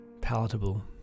palatable